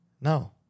No